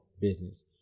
business